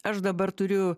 aš dabar turiu